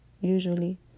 usually